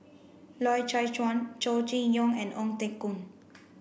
Loy Chye Chuan Chow Chee Yong and Ong Teng Koon